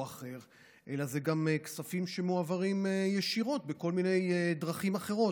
אחר אלא אלה גם כספים שמועברים ישירות בכל מיני דרכים אחרות.